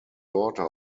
daughter